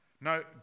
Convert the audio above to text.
No